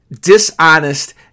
dishonest